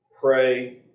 pray